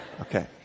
Okay